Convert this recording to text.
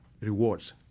rewards